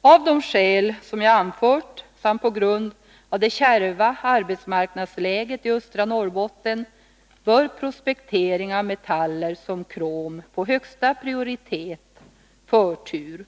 Av de skäl som jag anfört samt på grund av det kärva arbetsmarknadsläget iöstra Norrbotten bör prospektering av metaller som krom få högsta prioritet och förtur.